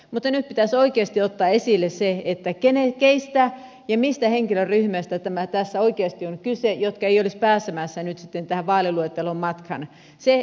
mutta nyt pitäisi oikeasti ottaa esille ketkä ja mitkä henkilöryhmät tässä oikeasti eivät olisi pääsemässä nyt sitten tähän vaaliluettelon matkaan